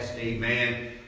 Amen